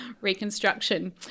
reconstruction